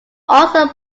also